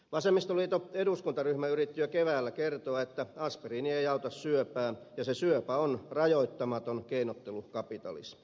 vasemmistoliiton eduskuntaryhmä yritti jo keväällä kertoa että aspiriini ei auta syöpään ja se syöpä on rajoittamaton keinottelukapitalismi